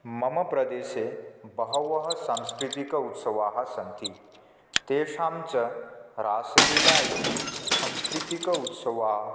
मम प्रदेशे बहवः सांस्कृतिक उत्सवाः सन्ति तेषां च रासलीला इति सांस्कृतिक उत्सवः